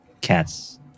cats